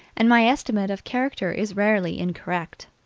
and my estimate of character is rarely incorrect.